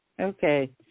Okay